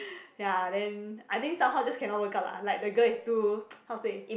ya then I think somehow just cannot work out lah like the girl is too how to say